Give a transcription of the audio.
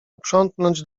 uprzątnąć